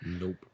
nope